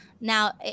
Now